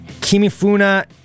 Kimifuna